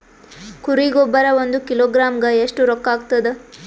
ಕುರಿ ಗೊಬ್ಬರ ಒಂದು ಕಿಲೋಗ್ರಾಂ ಗ ಎಷ್ಟ ರೂಕ್ಕಾಗ್ತದ?